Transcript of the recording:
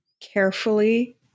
carefully